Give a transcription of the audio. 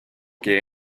que